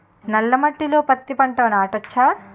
నల్ల మట్టిలో పత్తి పంట నాటచ్చా?